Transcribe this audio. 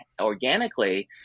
organically